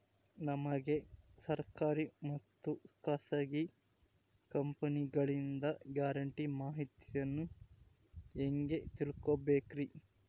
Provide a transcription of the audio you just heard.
ನಮಗೆ ಸರ್ಕಾರಿ ಮತ್ತು ಖಾಸಗಿ ಕಂಪನಿಗಳಿಂದ ಗ್ಯಾರಂಟಿ ಮಾಹಿತಿಯನ್ನು ಹೆಂಗೆ ತಿಳಿದುಕೊಳ್ಳಬೇಕ್ರಿ?